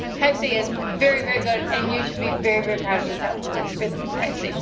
kfc is very, very good and you should be very, very proud of yourself that this is better than kfc.